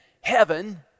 heaven